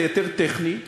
כי זה יותר טכני,